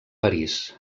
parís